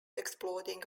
exploding